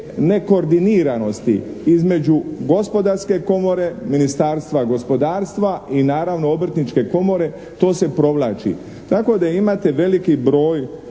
nekoordiniranosti između gospodarske komore, Ministarstva gospodarstva i naravno obrtničke komore to se provlači tako da imate veliki broj